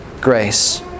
grace